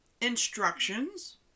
instructions